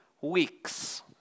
weeks